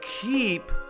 keep